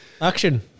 Action